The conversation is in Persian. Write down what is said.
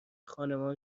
خانمان